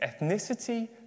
ethnicity